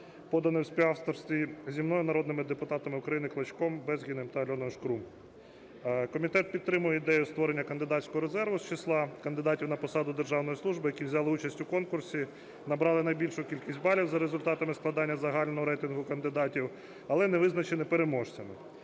поданий у співавторстві зі мною народними депутатами України Клочком, Безгіним та Альоною Шкрум. Комітет підтримає ідею створення кандидатського резерву з числа кандидатів на посаду державної служби, які взяли участь у конкурсі, набрали найбільшу кількість балів за результатами складання загального рейтингу кандидатів, але не визначені переможцями.